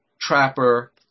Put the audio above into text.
trapper